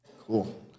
Cool